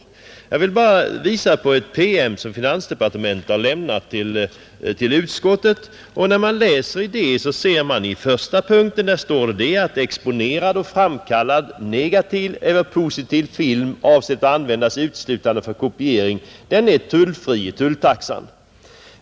Jag vill bara hänvisa till en PM som finansdepartementet har lämnat till utskottet. Där står i den första punkten att exponerad och framkallad negativ eller positiv film, avsedd att användas uteslutande för kopiering, är tullfri enligt tulltaxan.